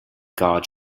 guard